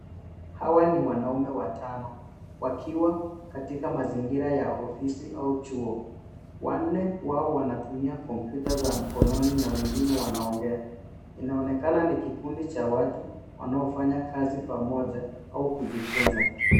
Hawa ni wanaume watano wakiwa katika mazingira ya ofisi au chuo, wanne wao wanatumia kompyuta za mkononi na wengine wanaongea , inaonekana ni kikundi cha watu wanaofanya kazi pamoja au kujifunza.